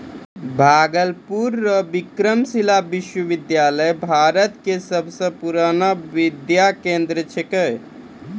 भागलपुर रो विक्रमशिला विश्वविद्यालय भारत के सबसे पुरानो विद्या केंद्र छिकै